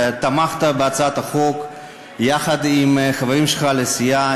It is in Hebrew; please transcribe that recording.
תמכת בהצעת החוק יחד עם חבריך לסיעה,